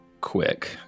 quick